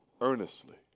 Earnestly